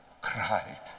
cried